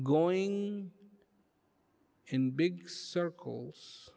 going in big circles